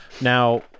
Now